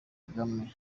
kagame